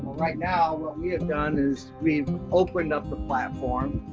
right now what we have done is we've opened up the platform,